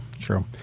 true